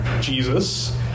Jesus